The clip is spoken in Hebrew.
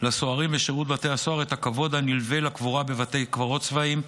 לסוהרים בשירות בתי הסוהר את הכבוד הנלווה לקבורה בבתי קברות צבאיים,